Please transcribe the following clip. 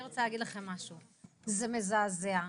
זה מזעזע,